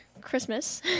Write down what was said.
Christmas